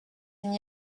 n’y